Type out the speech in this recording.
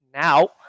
Now